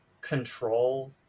control